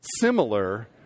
similar